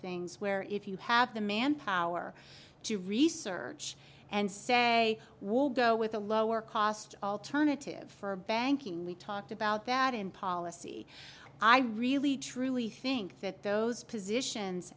things where if you have the manpower to research and say we'll go with a lower cost alternative for banking we talked about that in policy i really truly think that those positions